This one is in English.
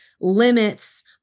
limits